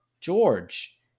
George